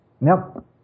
Nope